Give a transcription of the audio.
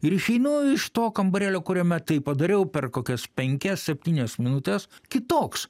ir išeinu iš to kambarėlio kuriame tai padariau per kokias penkias septynias minutes kitoks